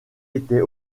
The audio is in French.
était